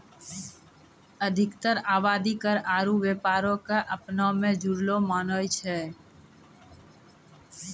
अधिकतर आवादी कर आरु व्यापारो क अपना मे जुड़लो मानै छै